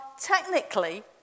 technically